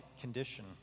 condition